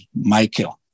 Michael